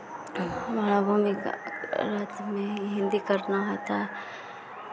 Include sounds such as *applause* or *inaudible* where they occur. हमारा भूमिका *unintelligible* में ही हिन्दी करना होता है